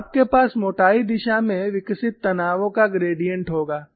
तो आपके पास मोटाई दिशा में विकसित तनावों का ग्रेडिएंट होगा